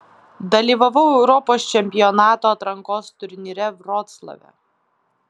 dalyvavau europos čempionato atrankos turnyre vroclave